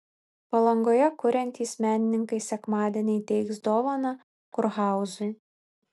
palangoje kuriantys menininkai sekmadienį įteiks dovaną kurhauzui